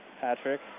Patrick